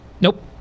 Nope